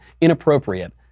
inappropriate